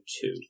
two